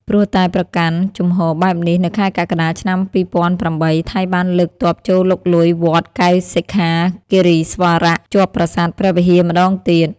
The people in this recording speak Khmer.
ព្រោះតែប្រកាន់ជំហបែបនេះ នៅខែកក្កដា ឆ្នាំ២០០៨ ថៃបានលើកទ័ពចូលលុកលុយវត្តកែវសិក្ខាគិរីស្វារៈ ជាប់ប្រាសាទព្រះវិហារម្ដងទៀត។